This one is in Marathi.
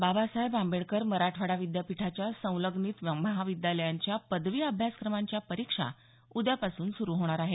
बाबासाहेब आंबेडकर मराठवाडा विद्यापीठाच्या संलग्नित महाविद्यालयांच्या पदवी अभ्यासक्रमांच्या परीक्षा उद्यापासून सुरु होणार आहेत